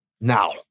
now